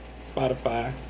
Spotify